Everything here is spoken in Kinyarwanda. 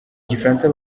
gifaransa